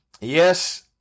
Yes